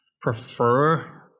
prefer